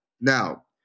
Now